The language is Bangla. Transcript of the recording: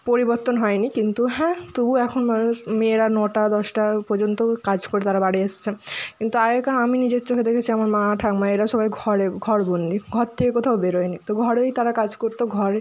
পরিবর্তন হয় নি কিন্তু হ্যাঁ তবুও এখন মানুষ মেয়েরা নটা দশটা পর্যন্ত কাজ করে তারা বাড়ি আসছে কিন্তু আগেকার আমি নিজের চোখে দেখেছি আমার মা ঠাকুমা এরা সবাই ঘরে ঘরবন্দি ঘর থেকে কোথাও বেরোয় নে তো ঘরেই তারা কাজ করতো ঘরে